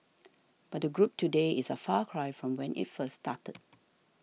but the group today is a far cry from when it first started